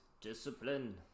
discipline